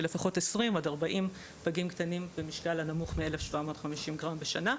לפחות 20 עד 40 פגים קטנים במשקל הנמוך מ-1,750 גרם בשנה,